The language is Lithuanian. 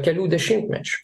kelių dešimtmečių